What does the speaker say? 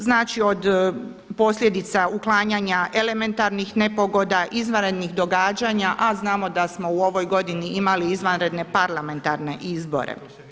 Znači od posljedica uklanjanja elementarnih nepogoda, izvanrednih događanja, a znamo da smo u ovoj godini imali izvanredne parlamentarne izbore.